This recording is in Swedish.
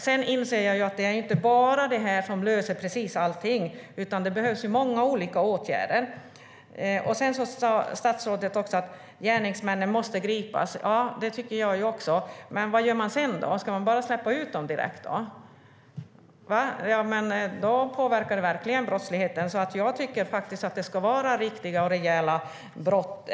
Sedan inser jag att det inte är bara detta som löser allting utan att det behövs många olika åtgärder. Statsrådet sade också att gärningsmännen måste gripas. Det tycker jag också. Men vad gör man sedan? Ska man bara släppa ut dem direkt? Då påverkar det verkligen brottsligheten. Jag tycker faktiskt att det ska vara riktiga och rejäla straff.